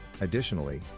Additionally